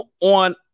on